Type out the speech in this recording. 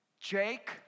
Jake